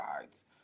sides